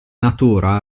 natura